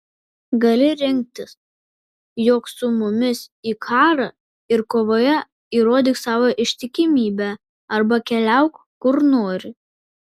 gali rinktis jok su mumis į karą ir kovoje įrodyk savo ištikimybę arba keliauk kur nori